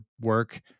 work